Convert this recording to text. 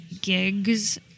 gigs